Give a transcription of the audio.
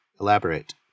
Elaborate